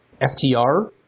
FTR